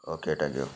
okay thank you